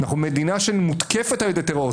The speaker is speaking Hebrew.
אנחנו מדינה שמותקפת על ידי טרור.